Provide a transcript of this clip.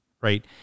Right